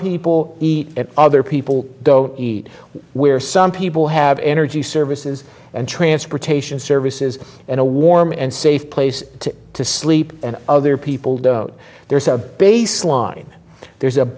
people eat other people go eat where some people have energy services and transportation services and a warm and safe play to to sleep and other people don't there's a baseline there's a